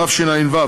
התשע"ו,